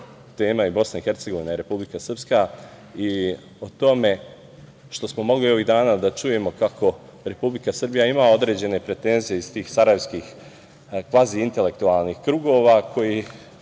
tema i BiH i Republika Srpska i o tome što smo mogli ovih dana da čujemo kako Republika Srbija ima određene pretenzije iz tih sarajevskih kvazi intelektualnih krugova koji